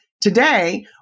Today